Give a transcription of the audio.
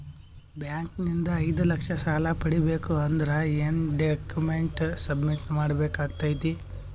Bank ನಿಂದ ಐದು ಲಕ್ಷ ಸಾಲ ಪಡಿಬೇಕು ಅಂದ್ರ ಏನ ಡಾಕ್ಯುಮೆಂಟ್ ಸಬ್ಮಿಟ್ ಮಾಡ ಬೇಕಾಗತೈತಿ?